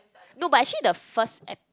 no but actually the first